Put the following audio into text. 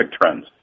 trends